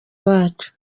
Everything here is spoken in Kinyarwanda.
wacu